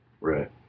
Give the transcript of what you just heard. Right